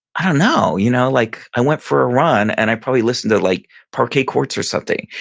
i don't know. you know like i went for a run and i probably listened to like parquet courts or something.